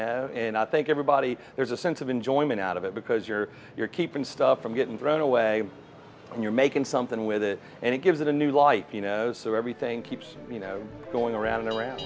and i think everybody there's a sense of enjoyment out of it because you're you're keeping stuff from getting thrown away and you're making something with it and it gives it a new life you know so everything keeps going around and around